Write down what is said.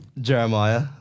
Jeremiah